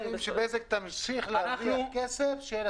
שבזק תמשיך להרוויח כסף.